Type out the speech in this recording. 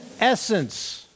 essence